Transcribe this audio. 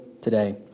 today